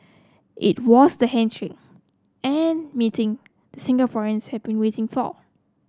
it was the handshake and meeting Singaporeans have been waiting for